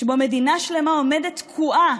שבו מדינה שלמה עומדת תקועה